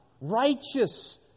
righteous